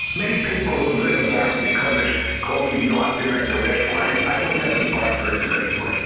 many people who've written about the covers called me the art director of esquire. i was never the art director of esquire.